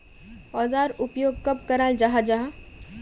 औजार उपयोग कब कराल जाहा जाहा?